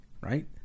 right